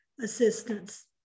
assistance